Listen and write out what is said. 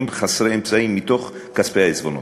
חסרי אמצעים מתוך כספי העיזבונות.